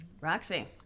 Roxy